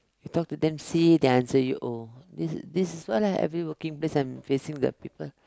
you talk them to C they answer you O this is this is what ah every working place I'm facing the people